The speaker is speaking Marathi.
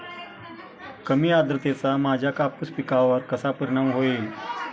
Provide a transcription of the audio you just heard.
कमी आर्द्रतेचा माझ्या कापूस पिकावर कसा परिणाम होईल?